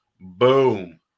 boom